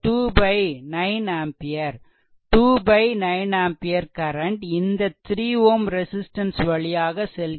2 9 ampere current இந்த 3 Ω resistance வழியாக செல்கிறது